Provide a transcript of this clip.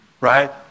right